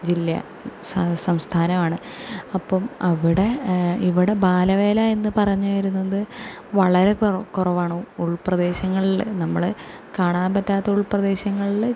ജില്ലെയ സ സംസ്ഥാനമാണ് അപ്പം അവിടെ ഇവിടെ ബാലവേല എന്നു പറഞ്ഞു വരുന്നത് വളരെ കുറ കുറവാണ് ഉൾപ്രദേശങ്ങളിൽ നമ്മൾ കാണാൻ പറ്റാത്ത ഉൾപ്രദേശങ്ങളിൽ